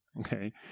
okay